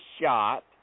shot